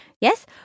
Yes